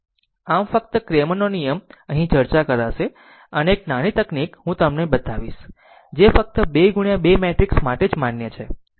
આમ ફક્ત ક્રેમર નો નિયમ અહીં ચર્ચા કરશે અને એક નાની તકનીક હું તમને બતાવીશ જે ફક્ત 2 ગુણ્યા 2 મેટ્રિક્સ માટે જ માન્ય છે બરાબર